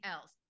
else